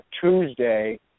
Tuesday